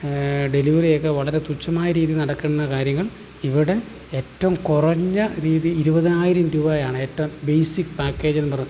ഡെലിവറിയൊക്കെ വളരെ തുച്ഛമായ രീതിയിൽ നടക്കുന്ന കാര്യങ്ങൾ ഇവിടെ ഏറ്റവും കുറഞ്ഞ രീതി ഇരുപതിനായിരം രൂപയാണ് ഏറ്റവും ബേസിക് പാക്കേജെന്നും പറഞ്ഞ്